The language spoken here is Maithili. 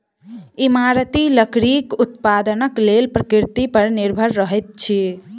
इमारती लकड़ीक उत्पादनक लेल प्रकृति पर निर्भर रहैत छी